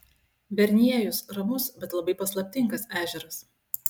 verniejus ramus bet labai paslaptingas ežeras